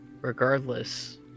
regardless